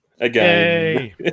again